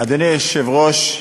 אדוני היושב-ראש,